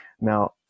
Now